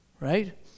Right